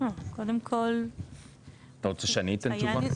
אתה רוצה שאני אתן תשובה?